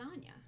lasagna